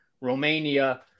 Romania